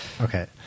Okay